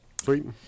Sweet